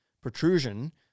protrusion